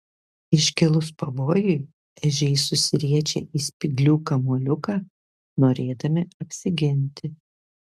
iškilus pavojui ežiai susiriečia į spyglių kamuoliuką norėdami apsiginti